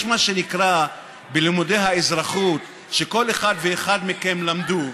יש מה שנקרא בלימודי האזרחות שכל אחד ואחד מכם למדו,